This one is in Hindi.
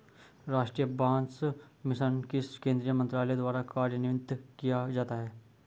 राष्ट्रीय बांस मिशन किस केंद्रीय मंत्रालय द्वारा कार्यान्वित किया जाता है?